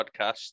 podcast